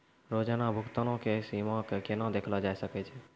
रोजाना भुगतानो के सीमा के केना देखलो जाय सकै छै?